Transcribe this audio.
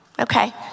Okay